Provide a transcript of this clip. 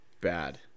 Bad